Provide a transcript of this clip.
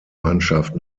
mannschaft